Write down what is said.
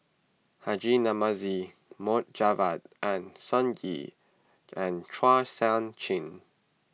Haji Namazie Mohd Javad and Sun Yee and Chua Sian Chin